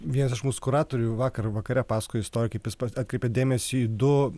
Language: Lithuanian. vienas iš mūsų kuratorių vakar vakare pasakojo istoriją kaip jis atkreipė dėmesį į du